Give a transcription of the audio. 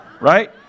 Right